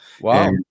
Wow